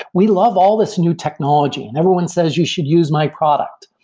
we love all this new technology. and everyone says you should use my product,